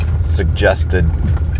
suggested